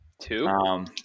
Two